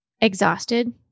exhausted